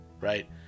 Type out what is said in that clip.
right